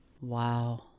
Wow